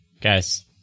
Guys